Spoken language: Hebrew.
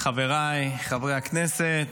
חבריי חברי הכנסת,